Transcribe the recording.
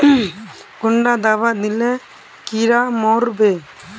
कुंडा दाबा दिले कीड़ा मोर बे?